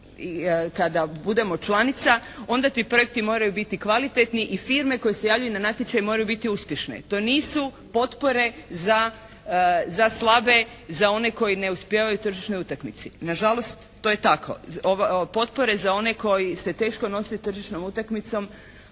kada budemo članica, onda ti projekti moraju biti kvalitetni i firme koje se javljaju na natječaj moraju biti uspješne. To nisu potpore za slabe, za one koji ne uspijevaju na tržišnoj utakmici. Na žalost to je tako. Potpore za one koji se teško nose tržišnom utakmicom